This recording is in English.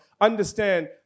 Understand